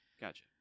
Gotcha